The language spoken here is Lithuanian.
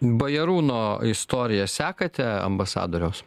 bajarūno istoriją sekate ambasadoriaus